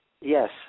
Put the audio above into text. Yes